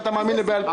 ואתה מאמין לעל-פה?